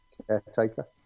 caretaker